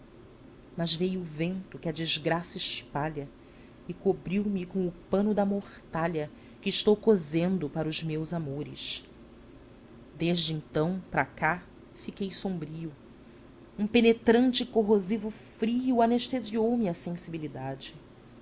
mas veio o vento que a desgraça espalha e cobriu me com o pano da mortalha que estou cosendo para os meus amores desde então para cá fiquei sombrioi um penetrante e corrosivo frio anestesiou me a sensibilidade